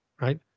right